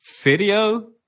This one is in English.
video